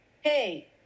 hey